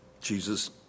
Jesus